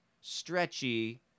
stretchy